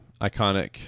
iconic